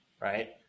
right